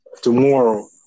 tomorrow